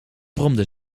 bromde